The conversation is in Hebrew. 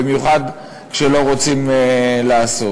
במיוחד כשלא רוצים לעשות,